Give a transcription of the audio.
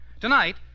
Tonight